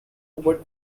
what